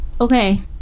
okay